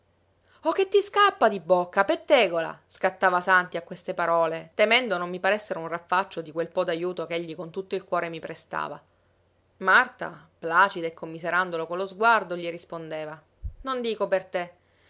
o che ti scappa di bocca pettegola scattava santi a queste parole temendo non mi paressero un raffaccio di quel po d'ajuto ch'egli con tutto il cuore mi prestava marta placida e commiserandolo con lo sguardo gli rispondeva non dico per te